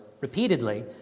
repeatedly